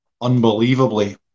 unbelievably